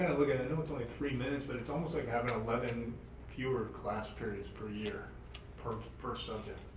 like three minutes, but it's almost like having eleven fewer class periods per year per per subject.